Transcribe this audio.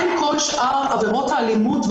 מה עם כל שאר עבירות האלימות?